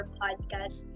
podcast